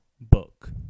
Book